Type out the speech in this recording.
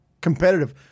competitive